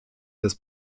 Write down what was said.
des